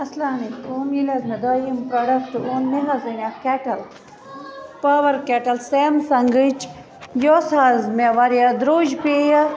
اَسلام علیکُم ییٚلہِ حظ مےٚ دۄیِم پرٛوڈکٹ اوٚن مےٚ حظ أنۍ اَکھ کٮ۪ٹٕل پاور کٮ۪ٹٕل سیمسنگٕچ یۄس حظ مےٚ وارِیاہ دوٚرج پیٚیہِ